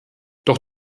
doch